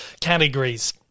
categories